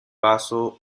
vaso